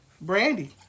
Brandy